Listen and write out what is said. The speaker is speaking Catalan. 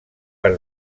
per